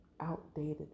outdated